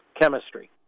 chemistry